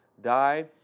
die